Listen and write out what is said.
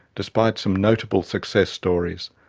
despite some notable success stories.